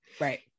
Right